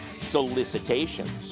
solicitations